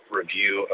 review